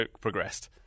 progressed